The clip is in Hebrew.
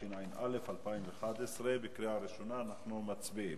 התשע"א 2011. אנחנו מצביעים.